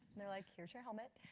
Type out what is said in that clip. were like, here's your helmet.